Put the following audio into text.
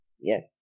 Yes